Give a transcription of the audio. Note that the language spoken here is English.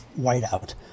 whiteout